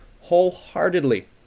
wholeheartedly